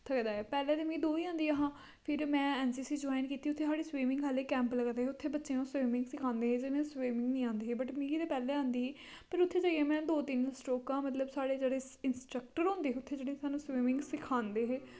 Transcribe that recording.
थखदा ऐ पैह्ले ते मिगी दो ही आंदियां हां फिर में एन सी सी जोइन कीती उत्थे साढ़ी स्विमिंग आह्ले कैंप लगदे हे उत्थे बच्चें ओह् स्विमिंग सिखांदे हे जिनें स्विमिंग निं आंदी ही बट मिगी ते पैह्ले आंदी ही पर उत्थै जाइयै में दो तिन्न स्ट्रोकां मतलव साढ़े जेह्ड़े इंस्ट्रक्टर होंदे हे उत्थै जेह्ड़े साह्नू स्विमिंग सिखांदे हे